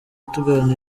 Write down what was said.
tugirana